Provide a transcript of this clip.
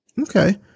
Okay